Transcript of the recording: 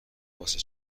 واسه